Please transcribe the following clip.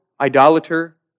idolater